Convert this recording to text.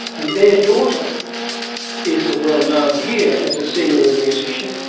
and their daughter is well known here as a singer and musician,